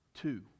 Two